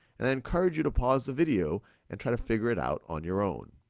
and i encourage you to pause the video and try to figure it out on your own.